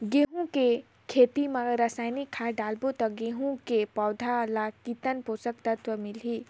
गंहू के खेती मां रसायनिक खाद डालबो ता गंहू के पौधा ला कितन पोषक तत्व मिलही?